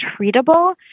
treatable